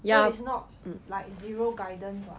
so it's not like zero guidance [what]